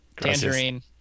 Tangerine